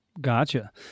Gotcha